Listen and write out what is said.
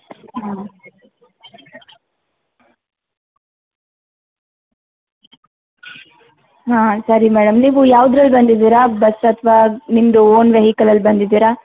ಹ್ಞೂ ಹಾಂ ಸರಿ ಮೇಡಮ್ ನೀವು ಯಾವ್ದ್ರಲ್ಲಿ ಬಂದಿದ್ದೀರಾ ಬಸ್ ಅಥವಾ ನಿಮ್ಮದು ಓನ್ ವೆಹಿಕಲಲ್ಲಿ ಬಂದಿದ್ದೀರಾ